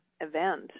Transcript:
event